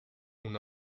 una